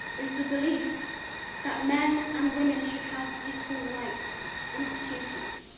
is the belief that men and women should have equal rights and opportunities.